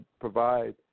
provide